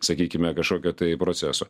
sakykime kažkokio tai proceso